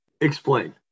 explain